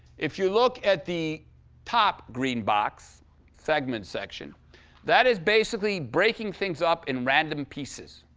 if you look at the top green box segment section that is basically breaking things up in random pieces.